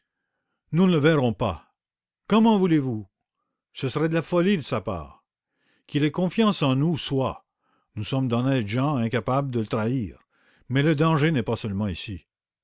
nous ne le verrons pas comment voulez-vous ce serait de la folie de sa parti qu'il ait confiance en nous soit mais le danger n'est pas seulement ici